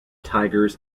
tigers